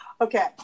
Okay